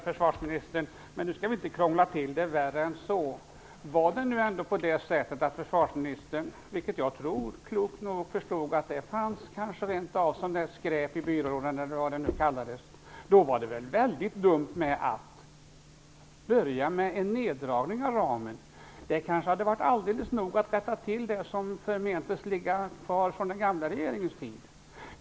Herr talman! Nu skall vi inte krångla till det, herr försvarsminister. Var det ändå på det sättet, vilket jag tror, att försvarsministern klokt nog förstod att det fanns skräp i byrålådan, var det väldigt dumt att börja med en neddragning av ramen. Det hade kanske varit nog att rätta till det som förmentes ligga kvar från den gamla regeringens tid.